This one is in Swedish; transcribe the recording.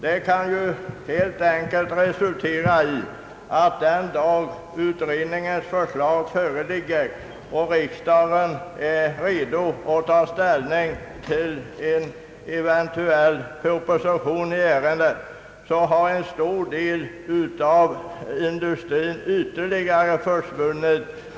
Det kan ju helt enkelt resultera i att den dag utredningens förslag föreligger och riksdagen är redo att ta ställning till en eventuell proposition i ärendet har ytterligare en stor del av industrin försvunnit.